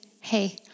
hey